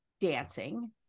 dancing